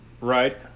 Right